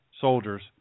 soldiers